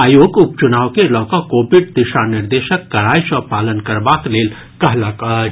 आयोग उपचुनाव के लऽकऽ कोविड दिशा निर्देशक कड़ाई सॅ पालन करबाक लेल कहलक अछि